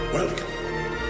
Welcome